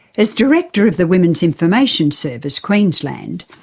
as director of the women's information service, queensland,